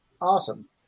Awesome